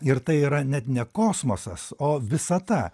ir tai yra net ne kosmosas o visata